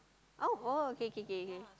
oh oh okay okay okay okay